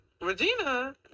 Regina